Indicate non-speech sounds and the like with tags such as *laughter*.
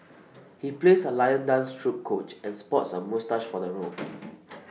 *noise* he plays A lion dance troupe coach and sports A moustache for the role *noise*